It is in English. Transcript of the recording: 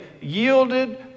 yielded